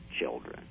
children